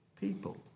people